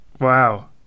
Wow